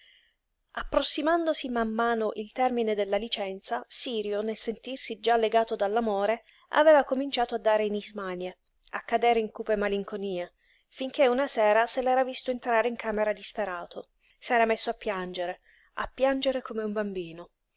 approssimandosi man mano il termine della licenza sirio nel sentirsi già legato dall'amore aveva cominciato a dare in ismanie a cadere in cupe malinconie finché una sera se l'era visto entrare in camera disperato s'era messo a piangere a piangere come un bambino